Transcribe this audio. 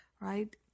right